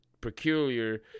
peculiar